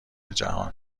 جهان